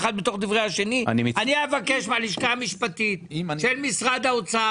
אני אבקש מהלשכה המשפטית של משרד האוצר